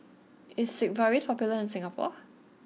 is Sigvaris popular in Singapore